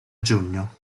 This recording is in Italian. giugno